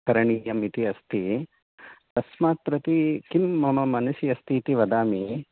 करणीयम् इति अस्ति अस्मत् प्रति किं मम मनसि अस्ति इति वदामि